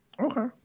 Okay